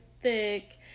thick